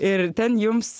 ir ten jums